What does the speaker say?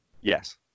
Yes